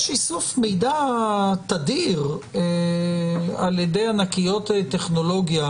יש איסוף מידע תדיר על ידי ענקיות טכנולוגיה